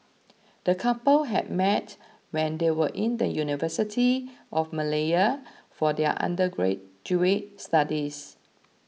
the couple had met when they were in the University of Malaya for their undergraduate studies